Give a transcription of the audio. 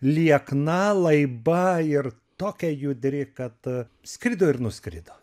liekna laiba ir tokia judri kad skrido ir nuskrido